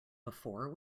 before